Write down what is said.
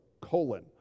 colon